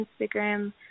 Instagram